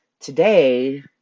today